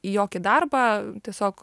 į jokį darbą tiesiog